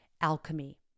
alchemy